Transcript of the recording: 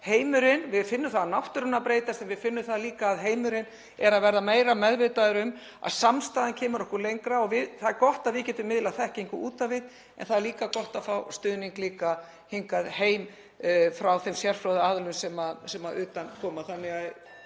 Við finnum það að náttúran er að breytast en við finnum það líka að heimurinn er að verða meira meðvitaður um að samstaðan kemur okkur lengra. Það er gott að við getum miðlað þekkingu út á við en það er líka gott að fá stuðning hingað heim frá þeim sérfróðu aðilum sem að utan koma.